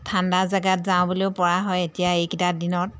ঠাণ্ডা জেগাত যাওঁ বুলিও পৰা হয় এতিয়া এইকেইটা দিনত